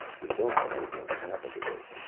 we don't want anything to happen to this,